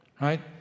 Right